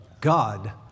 God